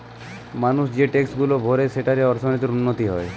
মানুষ যে ট্যাক্সগুলা ভরে সেঠারে অর্থনীতির উন্নতি হয়